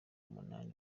umunani